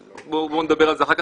בואו נדבר על זה אחר כך,